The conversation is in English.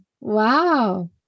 Wow